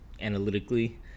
analytically